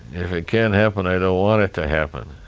if it can't happen, i don't want it to happen.